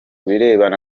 birebana